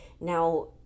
now